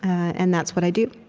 and that's what i do.